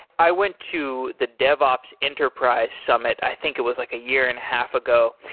i went to the devops enterprise summit. i think it was like a year and half ago,